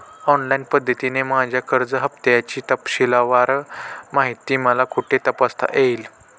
Online पद्धतीने माझ्या कर्ज हफ्त्याची तपशीलवार माहिती मला कुठे तपासता येईल?